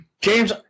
James